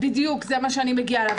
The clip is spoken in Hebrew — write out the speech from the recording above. בדיוק, זה מה שאני מגיעה אליו.